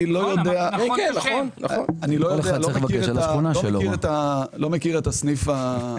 אני לא יודע, אני לא מכיר את הסניף הזה.